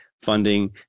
funding